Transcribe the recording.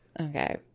Okay